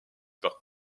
par